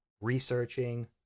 researching